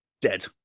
dead